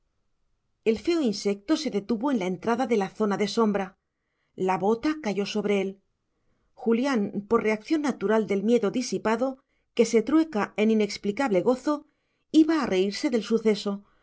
el feo insecto se detuvo a la entrada de la zona de sombra la bota cayó sobre él julián por reacción natural del miedo disipado que se trueca en inexplicable gozo iba a reírse del suceso